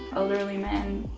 elderly men,